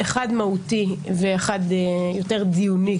אחד מהותי ואחד יותר דיוני,